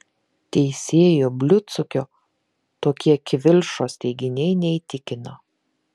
teisėjo bliudsukio tokie kivilšos teiginiai neįtikino